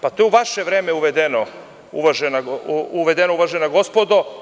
Pa, to je u vaše vreme uvedeno, uvažena gospodo.